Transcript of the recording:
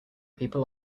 people